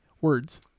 words